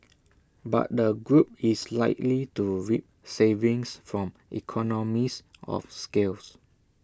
but the group is likely to reap savings from economies of scales